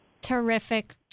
Terrific